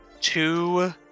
two